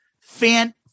fan